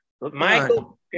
Michael